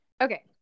Okay